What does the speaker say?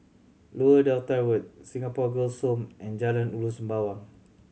Lower Delta Road Singapore Girls' Home and Jalan Ulu Sembawang